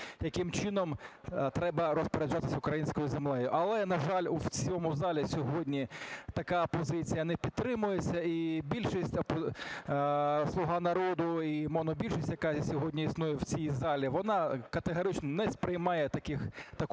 яким чином треба розпоряджатися українською землею. Але, на жаль, у цьому залі сьогодні така позиція не підтримується, і більшість, "Слуга народу", і монобільшість, яка сьогодні існує в цій залі, вона категорично не сприймає таку